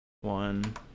one